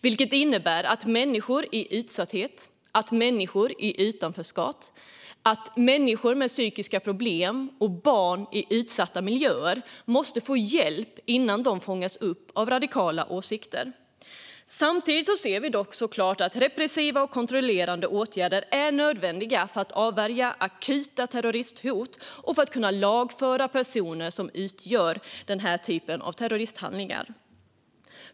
Det innebär att människor i utsatthet, människor i utanförskap, människor med psykiska problem och barn i utsatta miljöer måste få hjälp innan de fångas upp av radikala åsikter. Samtidigt ser vi dock såklart att repressiva och kontrollerande åtgärder är nödvändiga för att avvärja akuta terroristhot och för att kunna lagföra personer som utför den här typen terroristhandlingar.